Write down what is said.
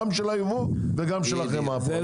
גם של היבוא וגם של החמאה פה.